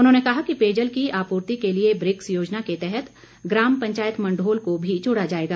उन्होंने कहा कि पेयजल की आपूर्ति के लिए ब्रिक्स योजना के तहत ग्राम पंचायत मंढोल को भी जोड़ा जाएगा